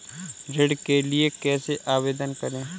ऋण के लिए कैसे आवेदन करें?